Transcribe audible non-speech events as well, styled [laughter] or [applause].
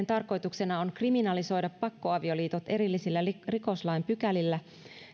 [unintelligible] tarkoituksena on kriminalisoida pakkoavioliitot erillisillä rikoslain pykälillä